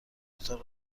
اتاق